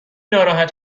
ناراحت